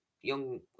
young